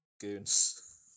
goons